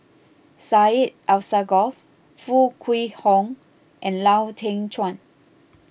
Syed Alsagoff Foo Kwee Horng and Lau Teng Chuan